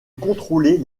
contrôler